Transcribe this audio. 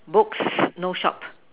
books no shop